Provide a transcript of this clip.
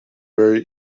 very